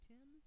Tim